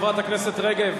אנחנו ממשיכים בסדר-היום.